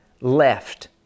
left